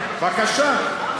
בבקשה.